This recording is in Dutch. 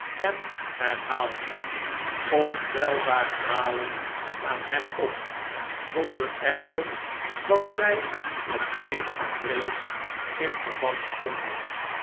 en herhaaldelijk ontelbare malen aan hem op zonder echter dat zij met eenige vrees in verband stonden